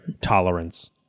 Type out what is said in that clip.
tolerance